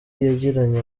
yagiranye